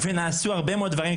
נעשו הרבה מאוד דברים,